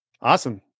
Awesome